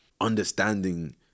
understanding